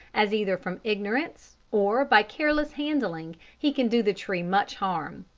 as either from ignorance or by careless handling he can do the tree much harm.